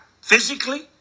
physically